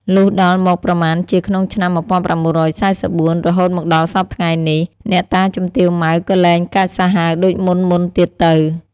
លុះដល់មកប្រមាណជាក្នុងឆ្នាំ ១៩៤៤ រហូតមកដល់សព្វថ្ងៃនេះ អ្នកតាជំទាវ ម៉ៅ ក៏លែងកាចសាហាវដូចមុនៗទៀតទៅ ។